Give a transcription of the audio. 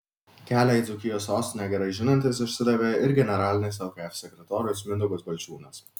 kelią į dzūkijos sostinę gerai žinantis išsidavė ir generalinis lkf sekretorius mindaugas balčiūnas